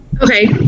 Okay